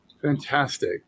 Fantastic